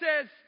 says